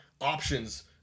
options